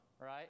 right